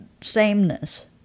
sameness